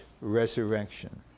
resurrection